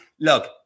look